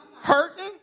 Hurting